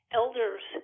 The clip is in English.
elders